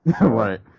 Right